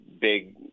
big